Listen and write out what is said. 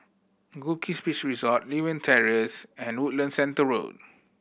Goldkist Beach Resort Lewin Terrace and Woodlands Centre Road